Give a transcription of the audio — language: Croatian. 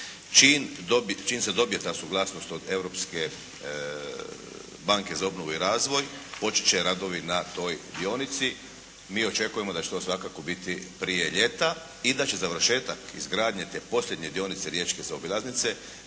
Čim se dobije ta suglasnost od te Europske banke za obnovu i razvoj počet će radovi na toj dionici. Mi očekujemo da će to svakako biti prije ljeta i da će završetak izgradnje te posljednje dionice riječke zaobilaznice